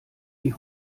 die